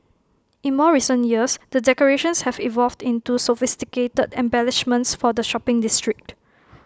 in more recent years the decorations have evolved into sophisticated embellishments for the shopping district